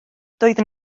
doeddwn